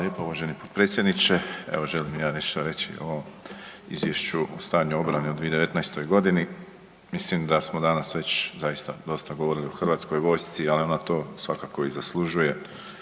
lijepo uvaženi potpredsjedniče. Evo želim i ja nešto reći o ovom Izvješću o stanju obrane u 2019. godini. Mislim da smo danas već zaista dosta govorili o Hrvatskoj vojsci. Ali ona to svakako i zaslužuje,